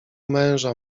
męża